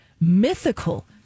mythical